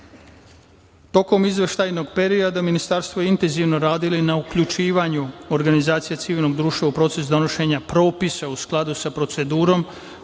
plana. Tokom izveštajnog perioda, ministarstvo je intenzivno radilo i na uključivanju organizacija civilnog društva u proces donošenja propisa u skladu sa procedurom